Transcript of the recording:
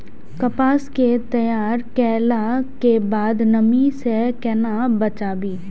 कपास के तैयार कैला कै बाद नमी से केना बचाबी?